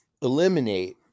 eliminate